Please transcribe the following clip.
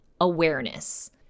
awareness